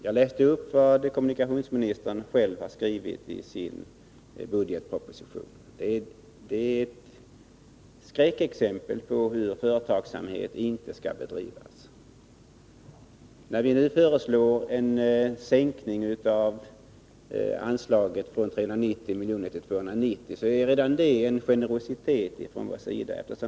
Jag läste upp vad kommunikationsministern själv har skrivit i sin budgetproposition. Det är ett skräckexempel och visar hur företagsamhet inte skall bedrivas. När vi nu föreslår en sänkning av anslaget från 390 miljoner till 290 miljoner är redan det en generositet från vår sida.